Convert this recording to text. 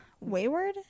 Wayward